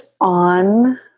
on